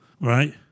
right